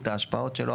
ההשפעות שלו,